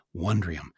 Wondrium